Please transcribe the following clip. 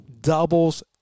doubles